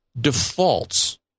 defaults